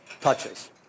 touches